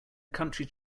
country